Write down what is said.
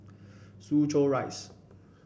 Soo Chow Rise